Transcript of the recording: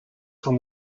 from